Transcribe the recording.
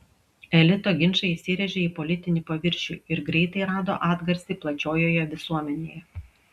elito ginčai įsirėžė į politinį paviršių ir greitai rado atgarsį plačiojoje visuomenėje